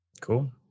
Cool